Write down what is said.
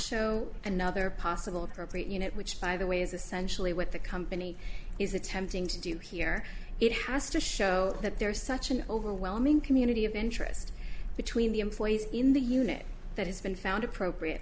show another possible appropriate unit which by the way is essentially what the company is attempting to do here it has to show that there is such an overwhelming community of interest between the employees in the unit that has been found appropriate